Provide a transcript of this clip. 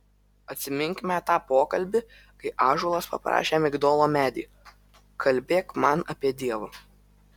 atsiminkime tą pokalbį kai ąžuolas paprašė migdolo medį kalbėk man apie dievą